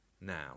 Now